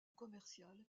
commerciale